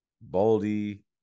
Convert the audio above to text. Baldy